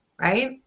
right